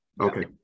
Okay